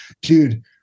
dude